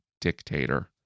dictator